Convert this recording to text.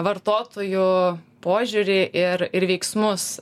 vartotojų požiūrį ir ir veiksmus